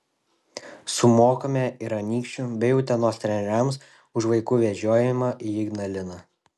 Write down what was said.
sumokame ir anykščių bei utenos treneriams už vaikų vežiojimą į ignaliną